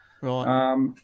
Right